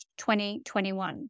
2021